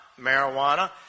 marijuana